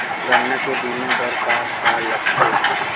गन्ना के बीमा बर का का लगथे?